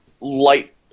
light